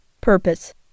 Purpose